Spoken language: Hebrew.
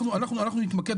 אנחנו נתמקד